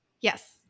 Yes